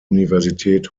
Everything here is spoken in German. universität